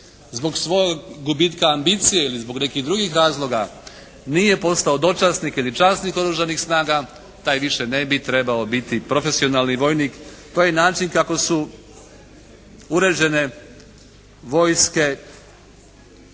zbog svog gubitka ambicije ili zbog nekih drugih razloga nije postao dočasnik ili časnik oružanih snaga taj više ne bi trebao biti profesionalni vojnik. To je način kako su uređene vojske